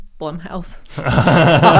Blumhouse